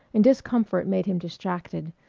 and discomfort made him distracted,